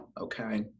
okay